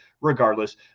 regardless